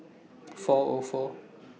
four Or four